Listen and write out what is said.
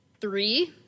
Three